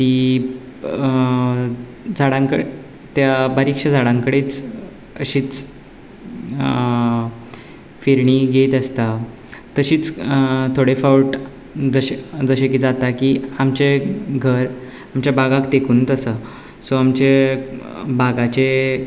तीं झाडांक त्या बारीकश्या झाडां कडेच अशींच फिरणी घेयत आसता तशींच थोडे फावट जशे जशे की जाता की आमचें घर आमच्या बागाक तेंकूनत आसा सो आमचे बागाचे